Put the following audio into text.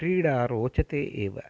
क्रीडा रोचते एव